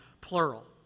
plural